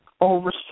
Over